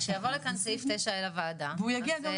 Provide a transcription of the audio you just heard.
זה סעיף, שכשיבוא לכאן סעיף 9 אל הוועדה, אז כן.